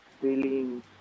feeling